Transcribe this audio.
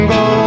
go